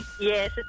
Yes